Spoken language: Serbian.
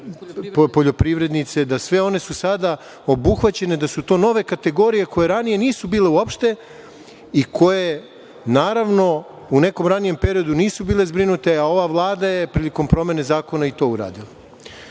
poljoprivrednice. Da su sve one sada obuhvaćene, da su to nove kategorije koje ranije nisu bile uopšte i koje, naravno, u nekom ranijem periodu nisu bile zbrinute, a ova Vlada je prilikom promene zakona i to uradila. Svakako,